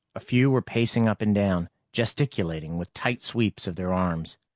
a few were pacing up and down, gesticulating with tight sweeps of their arms.